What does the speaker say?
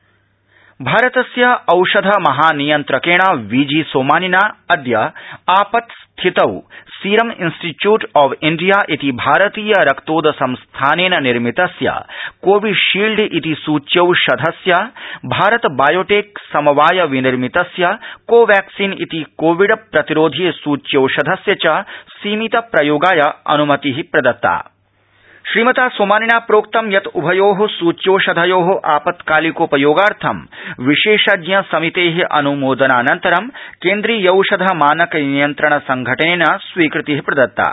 औषधमहानियन्त्रक सूच्यौषधम् भारतस्य औषध महानियन्त्रकेण वीजी सोमानिना अद्य पित्स्थतौ सीरम इंस्टीट्यूट ऑव् इंडिया इति भारतीय रक्तो संस्थानेन निर्मितस्य कोविशील्ड इति सुच्यौषधस्य भारत बायोटेक् समवाय विनिर्मितस्य कोवक्ष्सीन् इति कोविड् प्रतिरोधि सूच्यौषधस्य च सीमित प्रयोगाय अन्मति प्र त्ता श्रीमता सोमानिना प्रोक्तं यत् उभ्यो सूच्यौषधयो पत्कालिकोपयोगार्थ विशेषज्ञ समिते अन्मो नानन्तरं केन्द्रीयोषध मानक नियन्त्रण संघटनेन स्वीकृति प्र त्ता